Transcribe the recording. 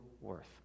worth